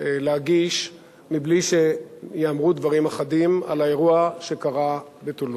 להגיש מבלי שייאמרו דברים אחדים על האירוע שקרה בטולוז.